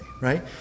right